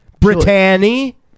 Brittany